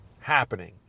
happening